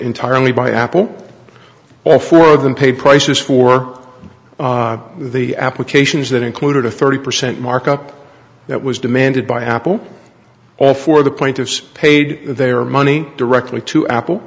entirely by apple all four of them paid prices for the applications that included a thirty percent markup that was demanded by apple all for the plaintiffs paid their money directly to apple